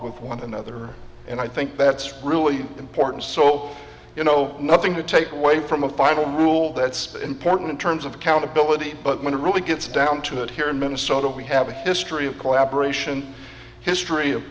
with one another and i think that's really important so you know nothing to take away from a final rule that's important in terms of accountability but when it really gets down to it here in minnesota we have a history of collaboration history of